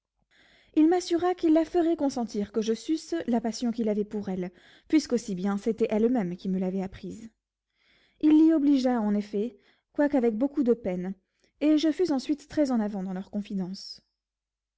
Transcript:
il m'assura qu'il la ferait consentir que je susse la passion qu'il avait pour elle puisque aussi bien c'était elle-même qui me l'avait apprise il l'y obligea en effet quoique avec beaucoup de peine et je fus ensuite très avant dans leur confidence